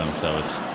um so, it's